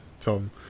Tom